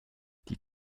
die